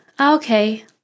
okay